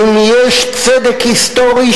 אם יש צדק היסטורי,